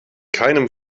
keinem